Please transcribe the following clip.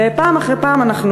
ופעם אחרי פעם אנחנו,